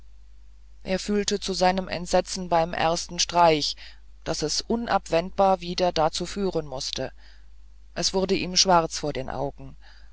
er fühlte zu seinem entsetzen beim ersten strich daß es unabwendbar wieder dazu führen mußte es wurde ihm schwarz vor den augen